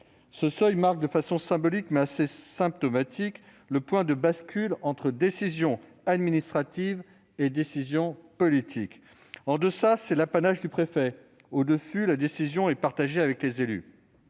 Ce seuil marque de façon symbolique, mais assez symptomatique, le point de bascule entre décision administrative et décision politique : en deçà, c'est l'apanage du préfet ; au-dessus, la décision est partagée avec les élus.